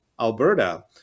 Alberta